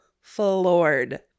floored